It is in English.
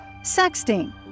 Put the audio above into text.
sexting